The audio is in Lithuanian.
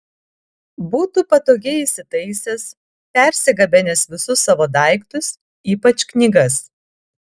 būtų patogiai įsitaisęs persigabenęs visus savo daiktus ypač knygas